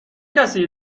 کسی